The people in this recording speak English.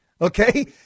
okay